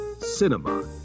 Cinema